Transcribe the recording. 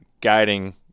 guiding